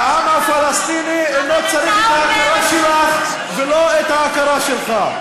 העם הפלסטיני אינו צריך את ההכרה שלך ולא את ההכרה שלך.